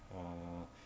uh